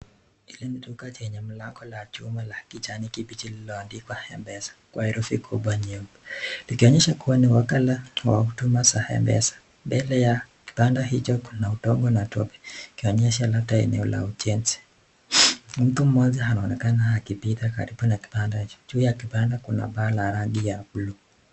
Hili ni duka chenye mlango la chuma la kijani lililoandikwa M-PESA kwa herufi kubwa nyeupe, likionyesha kuwa ni wakala wa huduma za M-PESA. Mbele ya kibanda hicho kuna udongo na tope, ikionyesha labda ni eneo la ujenzi. Mtu mmoja anaonekana akipita karibu na kibanda hicho. Juu ya kibanda kuna paa la rangi ya blue .